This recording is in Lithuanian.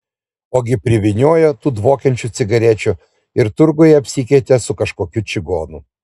ogi privyniojo tų dvokiančių cigarečių ir turguje apsikeitė su kažkokiu čigonu